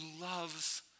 loves